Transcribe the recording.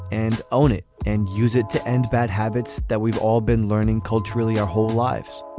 and own it and use it to end bad habits that we've all been learning culturally our whole lives.